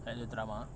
like the drama